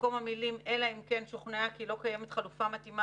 במקום המילים "אלא אם כן שוכנעה כי לא קיימת חלופה מתאימה